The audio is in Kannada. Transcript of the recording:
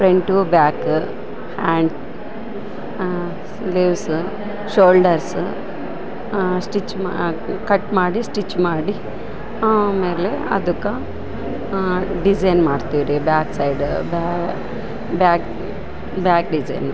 front back hand sleeves shoulders stitch ಮಾ ಕಟ್ ಮಾಡಿ ಸ್ಟಿಚ್ ಮಾಡಿ ಆಮೇಲೆ ಅದಕ ಡಿಸೈನ್ ಮಾಡ್ತೀವಿ ರೀ back side back back design